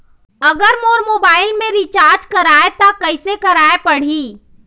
अगर मोर मोबाइल मे रिचार्ज कराए त कैसे कराए पड़ही?